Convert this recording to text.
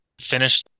finish